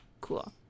Cool